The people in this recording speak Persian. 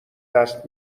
دست